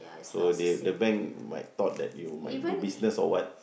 so they the bank might thought that you might do business or what